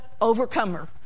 Overcomer